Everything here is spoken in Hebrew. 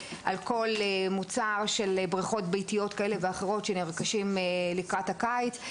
על כל מוצר של בריכות ביתיות כאלה ואחרות שנרכשות לקראת הקיץ.